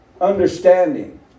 understanding